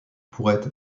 pourrait